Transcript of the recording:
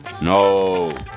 No